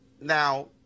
now